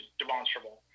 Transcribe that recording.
demonstrable